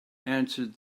answered